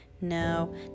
No